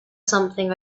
something